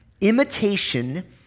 imitation